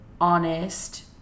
honest